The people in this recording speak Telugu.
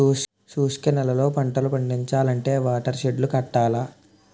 శుష్క నేలల్లో పంటలు పండించాలంటే వాటర్ షెడ్ లు కట్టాల